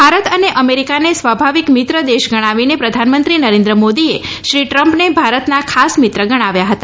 ભારત અને અમેરીકાને સ્વાભાવિક મિત્રદેશ ગણાવીને પ્રધાનમંત્રી નરેન્દ્રમોદીએ શ્રી ટ્રમ્પને ભારતના ખાસ મિત્ર ગણાવ્યા હતા